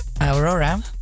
Aurora